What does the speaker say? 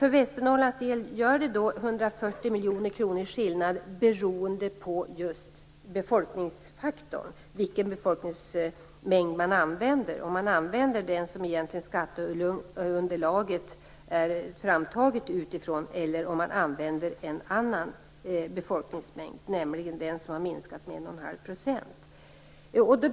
För Västernorrlands del gör det 140 miljoner kronors skillnad beroende på just befolkningsfaktorn, på vilken befolkningsmängd man använder. Det är beror alltså på om man använder den befolkningsmängd som skatteunderlaget egentligen är framtaget utifrån eller om man använder en annan befolkningsmängd, nämligen den som har minskat med 1 1⁄2 %.